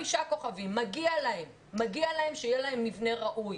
מגיע להם שיהיה להם מבנה ראוי.